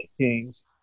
Kings